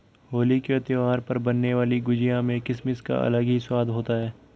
होली के त्यौहार पर बनने वाली गुजिया में किसमिस का अलग ही स्वाद होता है